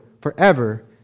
forever